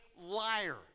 liar